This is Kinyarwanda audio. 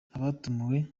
abatumiwe